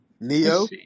Neo